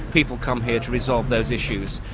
people come here to resolve those issues.